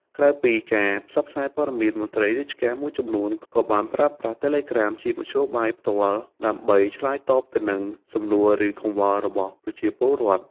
ក្រៅពីការផ្សព្វផ្សាយព័ត៌មាន មន្ត្រីរាជការមួយចំនួនក៏បានប្រើប្រាស់ Telegram ជាមធ្យោបាយផ្ទាល់ដើម្បី ឆ្លើយតបទៅនឹងសំណួរ ឬកង្វល់របស់ប្រជាពលរដ្ឋ។